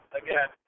again